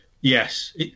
Yes